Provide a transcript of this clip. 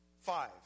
five